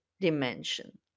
dimension